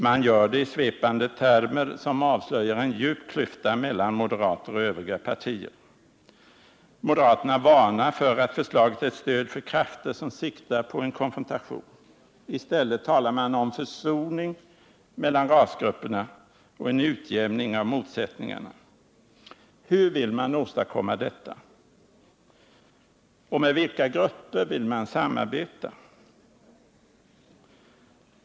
Man gör det i svepande termer, som avslöjar en djup klyfta mellan moderata samlingspartiet och övriga partier. Moderaterna varnar för att förslaget är ett stöd för krafter som siktar på en konfrontation. I stället talar man om försoning mellan rasgrupperna och en utjämning av motsättningarna. Hur vill man åstadkomma detta? Och med vilka grupper vill man samarbeta?